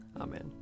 Amen